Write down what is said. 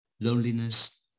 loneliness